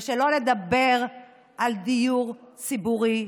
ושלא לדבר על דיור ציבורי,